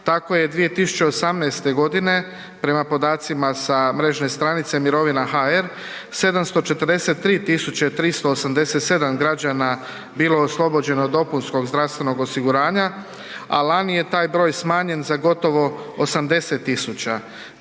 tako je 2018.godine prema podacima sa mrežne stranice mirovina.hr 743.387 građana bilo oslobođeno od DZO-a, a lani je taj broj smanjen za gotovo 80.000